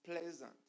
pleasant